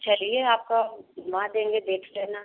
चलिए आपको हम घुमा देंगे देख लेना